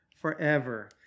forever